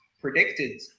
predicted